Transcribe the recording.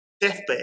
deathbed